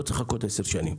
לא צריך לחכות 10 שנים.